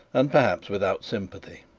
and perhaps without sympathy.